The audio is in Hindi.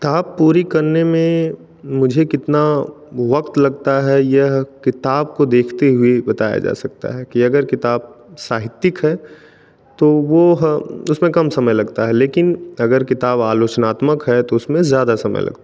किताब पूरी करने में मुझें कितना वक़्त लगता है यह किताब को देखते हुए बताया जा सकता है की अगर किताब साहित्यिक है तो वह उसमें कम समय लगता है लेकिन अगर किताब आलोचनात्मक है तो उसमें ज़्यादा समय लगता है